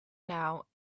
now